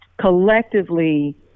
collectively